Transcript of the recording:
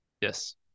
Yes